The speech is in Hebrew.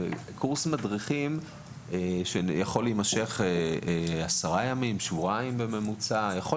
קורס מדריכים יכול להימשך 10 ימים, שבועיים, והוא